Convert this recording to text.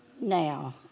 now